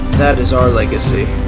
that is our legacy,